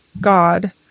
God